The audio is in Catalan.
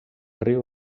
riu